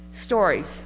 Stories